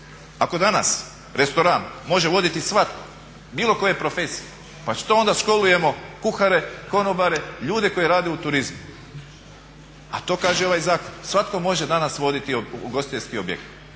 Ako danas restoran može voditi svatko bilo koje profesije pa što onda školujemo kuhare, konobare, ljude koji rade u turizmu? A to kaže ovaj zakon, svatko može danas voditi ugostiteljski objekt.